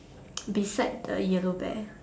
beside the yellow bear